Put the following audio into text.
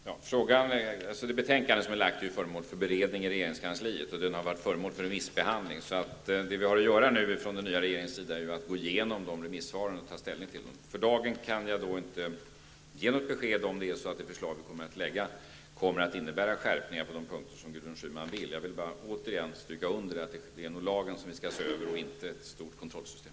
Herr talman! Alternativmedicinkommitténs betänkande bereds i regeringskansliet. Det har varit föremål för remissbehandling. Vad den nya regeringen nu har att göra är att gå igenom remissvaren och ta ställning till dem. För dagen kan jag inte ge något besked om huruvida det förslag som vi kommer att lägga fram kommer att innebära sådana skärpningar som Gudrun Schyman önskar. Jag vill åter understryka att vi skall se över lagen men inte införa ett stort kontrollsystem.